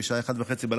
בשעה 01:30,